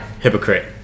Hypocrite